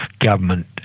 government